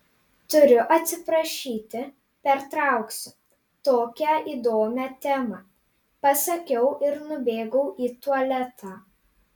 turiu atsiprašyti pertrauksiu tokią įdomią temą pasakiau ir nubėgau į tualetą